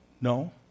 No